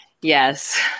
Yes